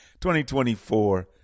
2024